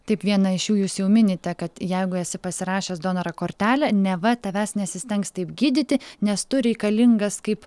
taip vieną iš jų jūs jau minite kad jeigu esi pasirašęs donoro kortelę neva tavęs nesistengs taip gydyti nes tu reikalingas kaip